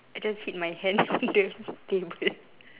I just hit my hand on the table